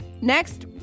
next